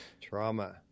Trauma